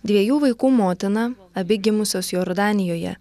dviejų vaikų motina abi gimusios jordanijoje